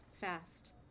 fast